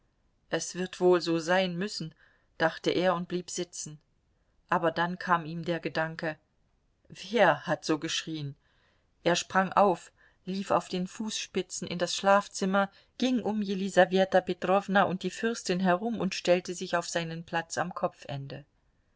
es wird wohl so sein müssen dachte er und blieb sitzen aber dann kam ihm der gedanke wer hat so geschrien er sprang auf lief auf den fußspitzen in das schlafzimmer ging um jelisaweta petrowna und die fürstin herum und stellte sich auf seinen platz am